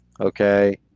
okay